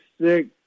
six